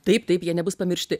taip taip jie nebus pamiršti